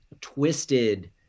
twisted